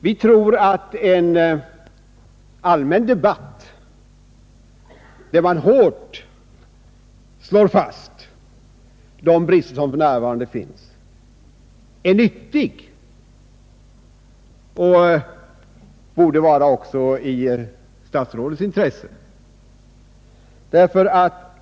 Vi tror att en allmän debatt, där man klart slår fast de brister som för närvarande finns, är nyttig och även borde ligga i statsrådets intresse.